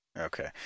Okay